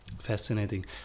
Fascinating